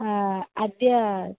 अद्य